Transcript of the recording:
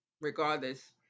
Regardless